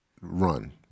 run